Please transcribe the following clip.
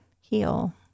heal